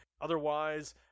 Otherwise